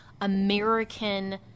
American